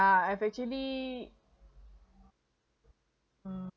I have actually